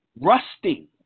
rusting